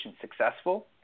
successful